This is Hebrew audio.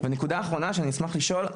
ונקודה אחרונה שאשמח לשאול,